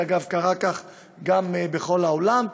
זה, אגב, קרה גם בכל העולם.